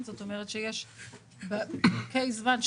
להחיל את זה גם כאן.